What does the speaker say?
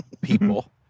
people